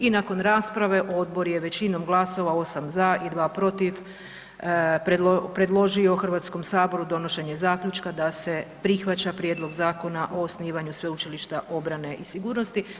I nakon rasprave odbor je većinom glasovao 8 za i 2 protiv, predložio HS-u donošenje zaključka da se prihvaća prijedlog Zakona o osnivanju Sveučilišta obrane i sigurnosti.